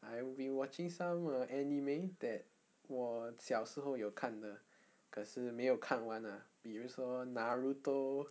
I re-watching some uh anime that 我小时候有看的可是没有看完 lah 比如说 naruto